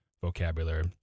vocabulary